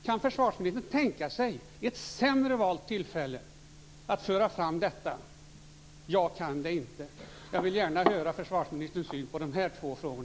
Kan försvarsministern tänka sig ett sämre valt tillfälle att föra fram detta? Jag kan inte det. Jag vill gärna höra försvarsministerns syn på dessa två frågor.